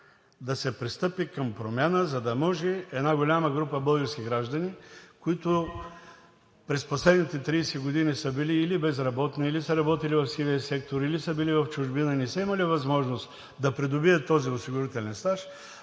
да се пристъпи към промяна, за да може една голяма група български граждани, които през последните 30 години са били или безработни, или са работили в сивия сектор, или са били в чужбина и не са имали възможност да придобият този осигурителен стаж,